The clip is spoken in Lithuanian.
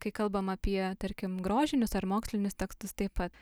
kai kalbam apie tarkim grožinius ar mokslinius tekstus taip pat